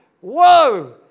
Whoa